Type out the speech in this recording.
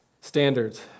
standards